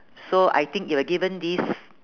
so I think if I given this